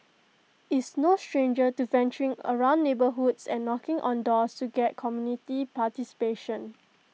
is no stranger to venturing around neighbourhoods and knocking on doors to get community participation